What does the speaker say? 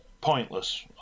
Pointless